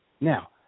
Now